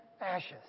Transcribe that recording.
ashes